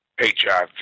HIV